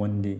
one day